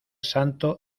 santo